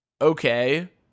okay